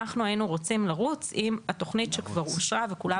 אנחנו היינו רוצים לרוץ עם התוכנית שכבר אושרה וכולם